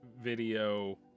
video